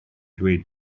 dweud